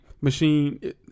machine –